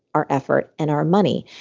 our effort and our money.